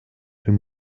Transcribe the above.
dem